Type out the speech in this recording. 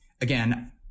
again